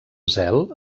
zel